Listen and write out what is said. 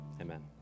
amen